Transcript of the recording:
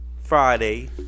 Friday